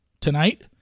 tonight